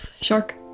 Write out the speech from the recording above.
shark